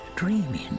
Dreaming